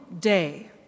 day